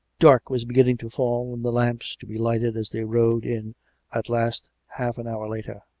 dark was beginning to fall and the lamps to be lighted as they rode in at last half an hour later,